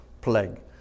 plague